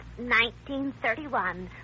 1931